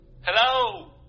hello